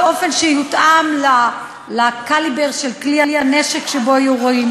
באופן שיותאם לקליבר של כלי הנשק שבו יורים,